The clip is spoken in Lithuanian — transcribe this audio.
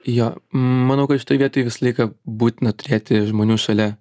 jo manau kad šitoj vietoj visą laiką būtina turėti žmonių šalia